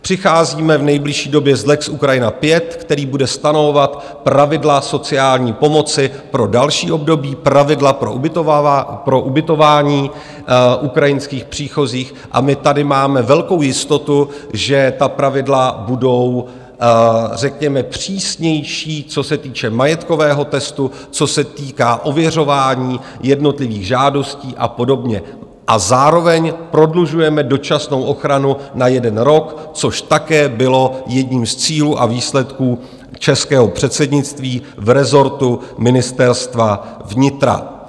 Přicházíme v nejbližší době s lex Ukrajina 5, který bude stanovovat pravidla sociální pomoci pro další období, pravidla pro ubytování ukrajinských příchozích, a my tady máme velkou jistotu, že ta pravidla budou řekněme přísnější, co se týče majetkového testu, co se týká ověřování jednotlivých žádostí a podobně, a zároveň prodlužujeme dočasnou ochranu na jeden rok, což také bylo jedním z cílů a výsledků českého předsednictví v rezortu Ministerstva vnitra.